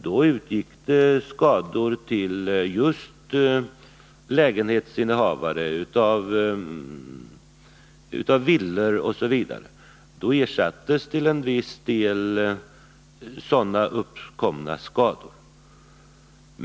Då uppkom det skador för just lägenhetsoch villainnehavare m.fl., och då ersattes till en viss del sådana uppkomna skador.